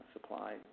supply